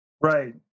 Right